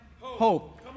hope